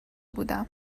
بودم